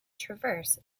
traverse